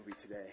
today